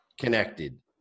connected